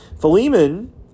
Philemon